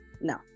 No